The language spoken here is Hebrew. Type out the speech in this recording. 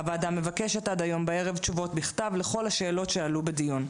הוועדה מבקשת עד היום בערב תשובות בכתב לכל השאלות שעלו בדיון.